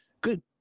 good –